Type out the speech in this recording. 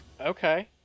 Okay